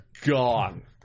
gone